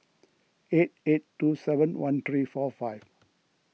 eight eight two seven one three four five